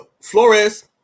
Flores